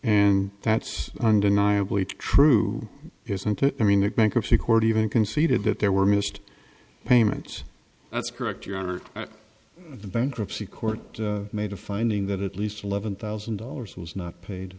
and that's undeniably true isn't it i mean the bankruptcy court even conceded that there were missed payments that's correct your honor the bankruptcy court made a finding that at least eleven thousand dollars was not paid